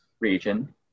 region